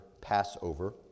Passover